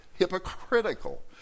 hypocritical